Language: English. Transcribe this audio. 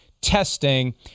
testing